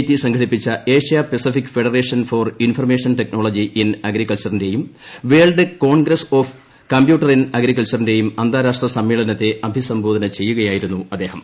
T സംഘടിപ്പിച്ച Asia Pacific federation for information technology in അഗ്രികൾച്ചറിന്റെയും world congress on computer in അഗ്രികൾച്ചറിന്റെയും അന്താരാഷ്ട്ര സമ്മേളനത്തെ അഭിസംബോധന ചെയ്യുകയായിരുന്നു അദ്ദേഹം